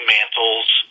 Mantle's